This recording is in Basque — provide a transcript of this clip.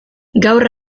gaur